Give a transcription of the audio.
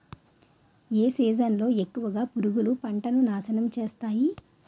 ఏ season లో ఎక్కువుగా పురుగులు పంటను నాశనం చేస్తాయి?